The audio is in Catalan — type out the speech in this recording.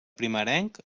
primerenc